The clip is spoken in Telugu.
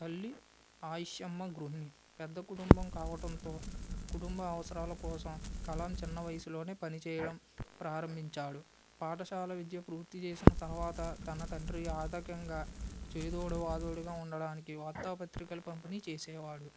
తల్లి ఆయిషామ్మ గృహిణి పెద్ద కుటుంబం కావటంతో కుటుంబ అవసరాల కోసం కలాం చిన్న వయసులోనే పనిచేయడం ప్రారంభించాడు పాఠశాల విద్య పూర్తి చేసిన తర్వాత తన తండ్రి ఆధకంగా చేదోడువాదోడుగా ఉండడానికి వార్తాపత్రికలు పంపిణీ చేసేవాడు